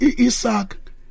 Isaac